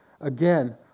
Again